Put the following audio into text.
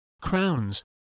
crowns